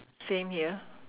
same here